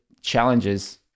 challenges